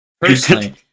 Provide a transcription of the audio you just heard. personally